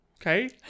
Okay